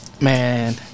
Man